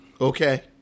okay